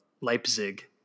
Leipzig